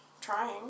trying